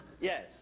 Yes